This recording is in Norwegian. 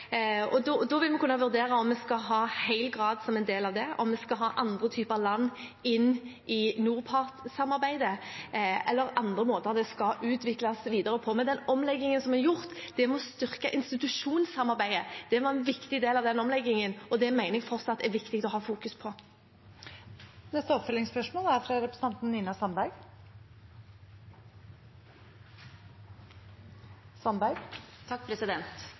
2019/2020. Da vil vi kunne vurdere om vi skal ha hel grad som en del av dette, om vi skal ha andre typer land inn i NORPART-samarbeidet, eller om det er andre måter det skal utvikles videre på. Men den omleggingen som er gjort, må styrke institusjonssamarbeidet. Det var en viktig del av omleggingen, og det mener jeg fortsatt at det er viktig å fokusere på. Det åpnes for oppfølgingsspørsmål – først Nina Sandberg. Kunnskapen er